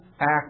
act